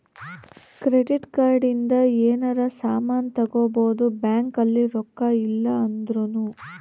credit card ಇಂದ ಯೆನರ ಸಾಮನ್ ತಗೊಬೊದು ಬ್ಯಾಂಕ್ ಅಲ್ಲಿ ರೊಕ್ಕ ಇಲ್ಲ ಅಂದೃನು